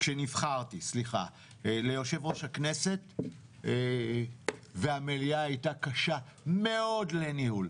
כשנבחרתי ליושב-ראש הכנסת והמליאה הייתה קשה מאוד לניהול,